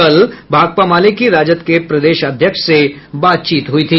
कल भाकपा माले की राजद के प्रदेश अध्यक्ष से बातचीत हुई थी